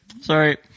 Sorry